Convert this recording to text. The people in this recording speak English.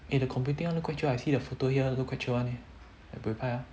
eh the computing one look quite chio eh I see the photo here look quite chio one eh like buay pai ah